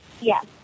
Yes